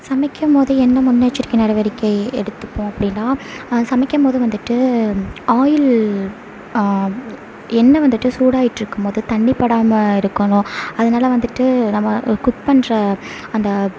சமைக்கும்போது என்ன முன்னெச்சரிக்கை நடவடிக்கை எடுத்துப்போம் அப்படின்னா அது சமைக்கபோது வந்துவிட்டு ஆயில் எண்ணெய் வந்துட்டு சூடாயிட் இருக்கும்மோது தண்ணி படாம இருக்கணும் அதனால வந்துவிட்டு நம்ம குக் பண்ணுற அந்த